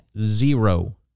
zero